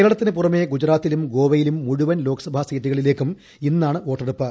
കേരളത്തിനുപുറമെ ഗുജറാത്തിലും ഗോവയിലും മുഴുവൻ ലോക്സഭാ സീറ്റുകളിലേയ്ക്കും ഇന്നാണ് വോ ട്ടെടുപ്പ്